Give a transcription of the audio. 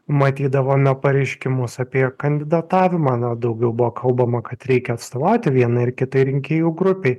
matydavome pareiškimus apie kandidatavimą na daugiau buvo kalbama kad reikia atstovauti vienai ar kitai rinkėjų grupei